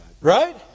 Right